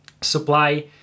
supply